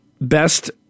best